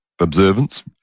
observance